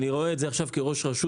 אני רואה את זה עכשיו בתפקידי,